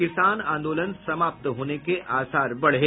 किसान आंदोलन समाप्त होने के आसार बढ़े